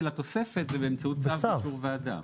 התוספת זה באמצעות בצו אישור בוועדה.